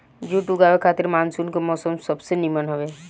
जुट उगावे खातिर मानसून के मौसम सबसे निमन हवे